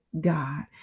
God